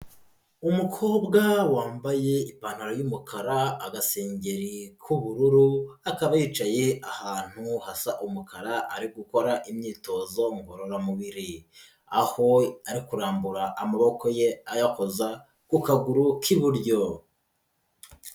Umukobwa wambaye ipantaro y'umukara, agasengeri k'ubururu, akaba yicaye ahantu hasa umukara ari gukora imyitozo ngororamubiri, aho ari kurambura amaboko ye ayakoza ku kaguru k'iburyo.